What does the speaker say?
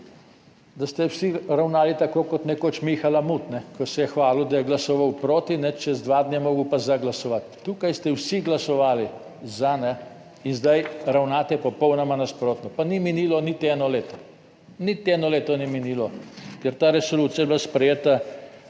da ste vsi ravnali tako, kot nekoč Miha Lamut, ko se je hvalil, da je glasoval proti čez dva dni je moral pa za glasovati. Tukaj ste vsi glasovali za in zdaj ravnate popolnoma nasprotno, pa ni minilo niti eno leto. Niti eno leto ni minilo, ker ta resolucija je bila sprejeta